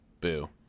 boo